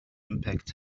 impact